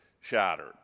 shattered